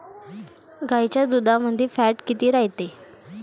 गाईच्या दुधामंदी फॅट किती रायते?